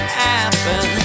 happen